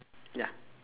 ya